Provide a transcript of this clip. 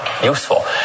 useful